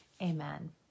Amen